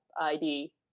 ID